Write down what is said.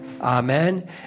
Amen